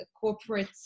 corporate